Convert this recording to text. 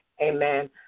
amen